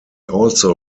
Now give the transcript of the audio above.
also